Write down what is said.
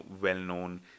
well-known